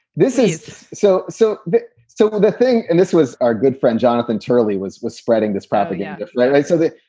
this is so so so but the thing. and this was our good friend, jonathan turley, was was spreading this propaganda like so that,